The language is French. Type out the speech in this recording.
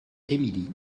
emily